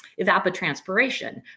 evapotranspiration